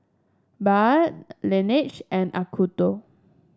Bia Laneige and Acuto